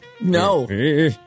No